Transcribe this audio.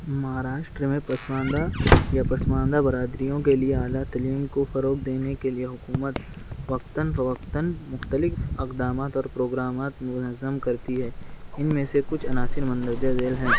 مہاراشٹر میں پسماندہ یا پسماندہ برادریوں کے لیے اعلیٰ تعلیم کو فروغ دینے کے لیے حکومت وقتاً فوقتاً مختلف اقدامات اور پروگرامات منظم کرتی ہے ان میں سے کچھ عناصر مندرجہ ذیل ہیں